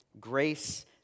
Grace